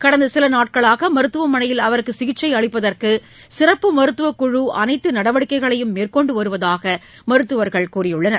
கடந்த சில நாட்களாக மருத்துவமனையில் அவருக்கு சிகிச்சை அளிப்பதற்கு சிறப்பு மருத்துவக் குழு அனைத்து நடவடிக்கைகளையும் மேற்கொண்டு வருவதாக மருத்துவர்கள் தெரிவித்தனர்